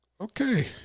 okay